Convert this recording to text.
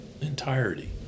entirety